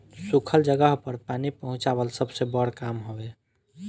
सुखल जगह पर पानी पहुंचवाल सबसे बड़ काम हवे